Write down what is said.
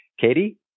Katie